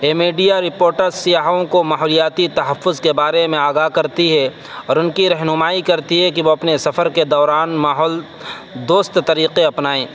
یہ media reporter سیاحوں کو ماحولیاتی تحفظ کے بارے میں آگاہ کرتی ہے اور ان کی رہنمائی کرتی ہے کہ وہ اپنے سفر کے دوران ماحول دوست طریقے اپنائیں